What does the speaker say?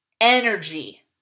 energy